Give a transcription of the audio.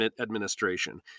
administration